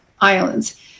Islands